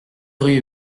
rue